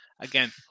Again